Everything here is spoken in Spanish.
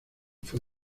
fue